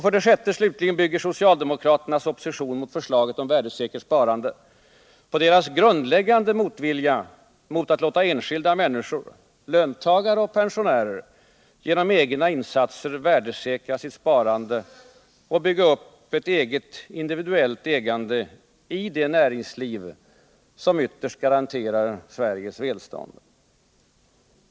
För det sjätte, slutligen, bygger socialdemokraternas opposition mot förslaget om värdesäkert sparande på deras grundläggande motvilja mot att låta enskilda människor, löntagare och pensionärer, genom egna insatser värdesäkra sitt sparande och bygga upp ett eget individuellt ägande i det näringsliv som ytterst garanterar Sveriges välstånd.